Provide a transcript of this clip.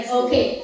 okay